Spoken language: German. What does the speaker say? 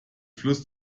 fluss